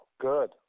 Good